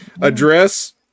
address